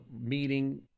meeting